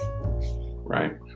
right